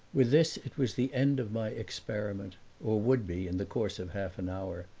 with this it was the end of my experiment or would be in the course of half an hour,